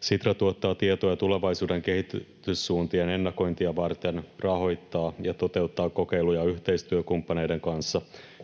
Sitra tuottaa tietoa tulevaisuuden kehityssuuntien ennakointia varten, rahoittaa ja toteuttaa kokeiluja yhteistyökumppaneiden kanssa